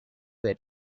their